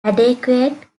adequate